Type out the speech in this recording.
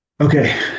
Okay